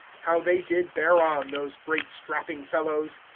how they did bear on, those great strapping fellows!